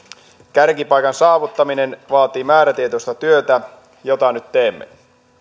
kärkipaikan saavuttaminen vaatii määrätietoista työtä jota nyt teemme